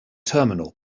terminal